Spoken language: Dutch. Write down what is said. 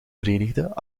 verenigde